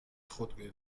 خودروی